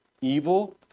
evil